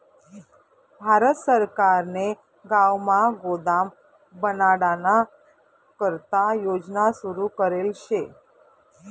भारत सरकारने गावमा गोदाम बनाडाना करता योजना सुरू करेल शे